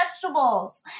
vegetables